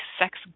sex